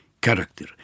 character